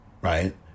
right